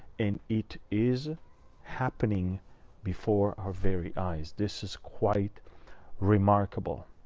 and it is happening before our very eyes. this is quite remarkable.